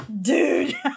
Dude